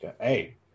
Hey